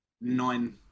nine